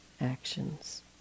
actions